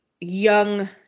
young